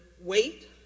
wait